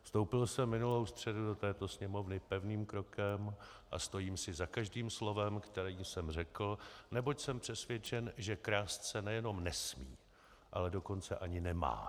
Vstoupil jsem minulou středu do této sněmovny pevným krokem a stojím si za každým slovem, které jsem řekl, neboť jsem přesvědčen, že krást se nejenom nesmí, ale dokonce ani nemá.